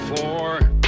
four